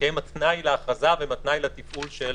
כי הם התנאי להכרזה והם התנאי לטיפול של